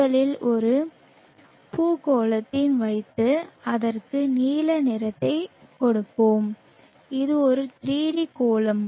முதலில் ஒரு பூகோளத்தில் வைத்து அதற்கு நீல நிறத்தைக் கொடுப்போம் இது ஒரு 3D கோளம்